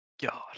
God